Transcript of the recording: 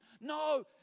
No